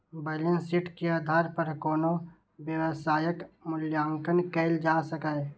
balance sheet के आधार पर कोनो व्यवसायक मूल्यांकन कैल जा सकैए